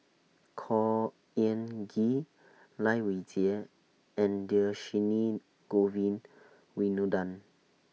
Khor Ean Ghee Lai Weijie and Dhershini Govin Winodan